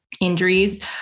injuries